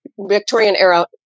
Victorian-era